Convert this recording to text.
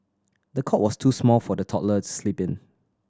the cot was too small for the toddler sleep in